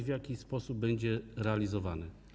W jaki sposób będzie on realizowany?